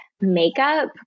makeup